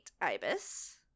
ibis